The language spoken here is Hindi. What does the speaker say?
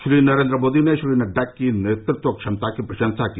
श्री नरेन्द्र मोदी ने श्री नड्डा की नेतृत्व क्षमता की प्रशंसा की